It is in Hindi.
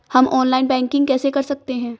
हम ऑनलाइन बैंकिंग कैसे कर सकते हैं?